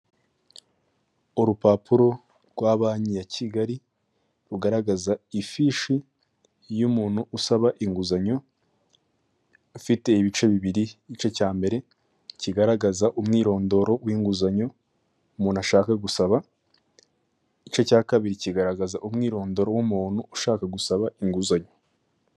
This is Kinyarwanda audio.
Urupapuro rwa banki ya Kigali rugaragaza ifishi y'umuntu usaba inguzanyo, afite ibice bibiri igice cya mbere kigaragaza umwirondoro w'inguzanyo umuntu ashaka gusaba, igice cya kabiri kigaragaza umwirondoro w'umuntuntu ushaka gusaba inguzanyo.